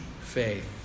faith